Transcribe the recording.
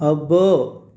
అబ్బో